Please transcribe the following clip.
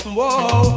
Whoa